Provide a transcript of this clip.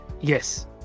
yes